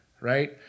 right